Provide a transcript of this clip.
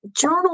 journal